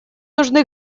нужды